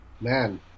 Man